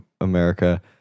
America